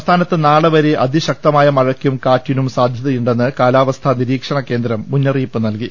സംസ്ഥാനത്ത് നാളെവരെ ദ്ദ അതിശക്തമായ മഴയ്ക്കും കാറ്റിനും സാധ്യതയുണ്ടെന്ന് കാലാവസ്ഥാനി രീക്ഷണ കേന്ദ്രം മുന്നറിയിപ്പ് നൽകി